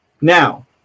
Now